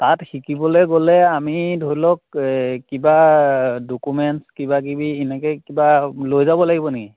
তাত শিকিবলৈ গ'লে আমি ধইলওক এ কিবা ডকুমেণ্টছ কিবা কিবি এনেকৈ কিবা লৈ যাব লাগিব নেকি